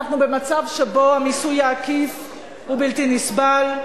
אנחנו במצב שבו המיסוי העקיף הוא בלתי נסבל,